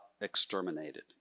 exterminated